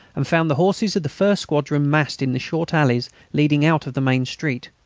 and found the horses of the first squadron massed in the short alleys leading out of the main street.